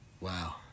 Wow